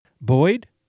Boyd